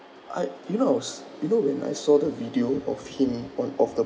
I you knows you know when I saw the video of him on of the